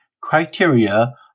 criteria